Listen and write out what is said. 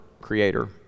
creator